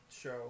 show